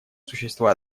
существа